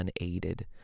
unaided